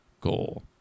goal